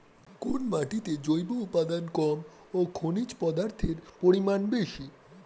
কোন মাটিতে জৈব উপাদান কম ও খনিজ পদার্থের পরিমাণ বেশি?